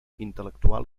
intel·lectual